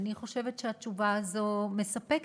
אני חושבת שהתשובה הזאת מספקת,